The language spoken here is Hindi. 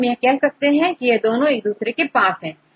तो अब हम यह कह सकते हैं कि यह दोनों एक दूसरे के पास है